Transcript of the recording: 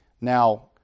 Now